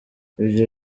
ibyo